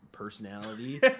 Personality